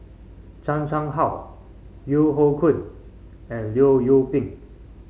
Chan Chang How Yeo Hoe Koon and Leong Yoon Pin